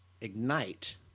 ignite